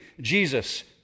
Jesus